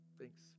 Thanks